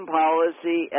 policy